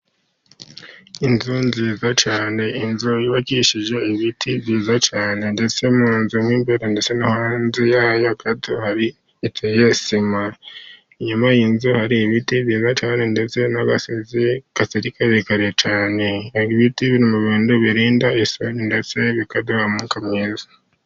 Inzu nziza cyane inzu yubakishije ibiti byiza cyane, ndetse mu nzu mo imbere ndetse no hanze yayo kakaba hateye sima, inyuma y'inzu hari ibiti byiza cyane ndetse n'agasozi katari karekare cyane. Ibiti biri mu bintu birinda isuri ,ndetse bikaduha umwuka mwiza.